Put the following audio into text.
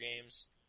games